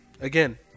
again